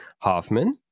Hoffman